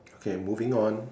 okay moving on